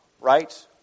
right